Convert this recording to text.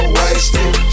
wasted